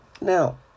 Now